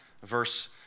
verse